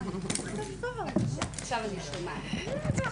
אם הייתה